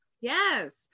Yes